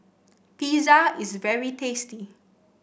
pizza is very tasty